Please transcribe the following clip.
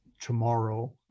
tomorrow